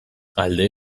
alde